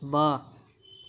ॿ